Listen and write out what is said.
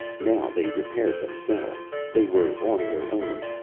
now they repaired themselves. they were on their own.